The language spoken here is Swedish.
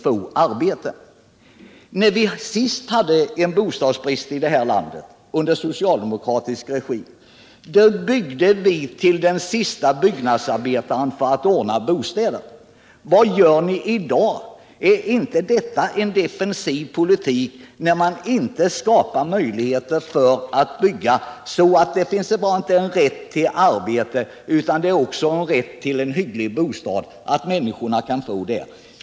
När vi sist hade en bostadsbrist i vårt land under en socialdemokratisk regim byggde vi till den siste byggnadsarbetaren för att ordna bostäder. Vad gör ni i dag? Är det inte en defensiv politik när ni inte skapar möjligheter till ett byggande som kan leda till inte bara en rätt till arbete utan också en rätt till en hygglig bostad för alla?